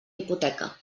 hipoteca